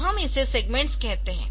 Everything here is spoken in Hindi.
तो हम इसे सेग्मेंट्सकहते है